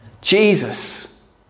Jesus